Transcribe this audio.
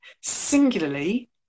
singularly